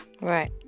right